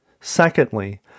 Secondly